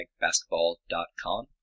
basketball.com